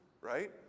right